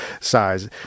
size